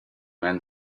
man